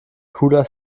cooler